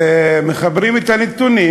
ומחברים את הנתונים,